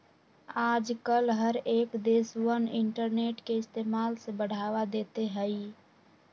आजकल हर एक देशवन इन्टरनेट के इस्तेमाल से बढ़ावा देते हई